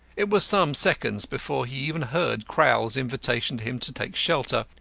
it was some seconds before he even heard crowl's invitation to him to take shelter.